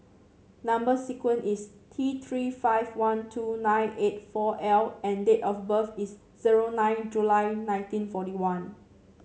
number sequence is T Three five one two nine eight four L and date of birth is zero nine July nineteen forty one